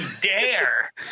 dare